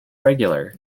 regular